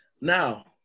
Now